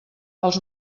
els